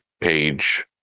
page